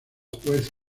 juez